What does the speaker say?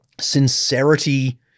sincerity